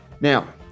Now